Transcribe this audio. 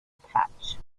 patch